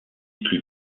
plus